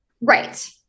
Right